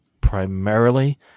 primarily